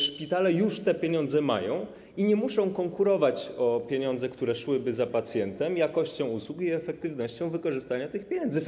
Szpitale już te pieniądze mają i nie muszą konkurować o pieniądze, które szłyby za pacjentem, jakością usług i efektywnością wykorzystania tych środków.